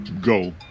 go